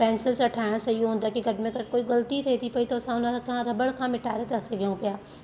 pencil सां ठाहिण सां इहो हूंदो आहे घट में घटि कोई ग़ल्ती थिए थी पई त उनसां रॿड़ खां मिटारे सघऊं पिया